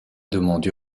demande